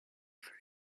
for